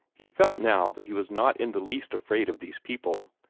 he felt now that he was not in the least afraid of these people,